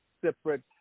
separate